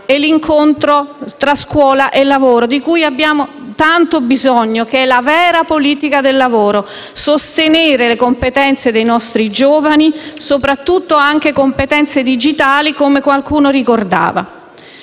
e l'incontro tra scuola e lavoro, di cui abbiamo tanto bisogno, perché è la vera politica del lavoro: sostenere le competenze dei nostri giovani, soprattutto anche competenze digitali, come qualcuno ricordava.